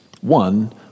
One